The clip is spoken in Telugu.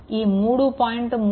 ఈ 3